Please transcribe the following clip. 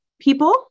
people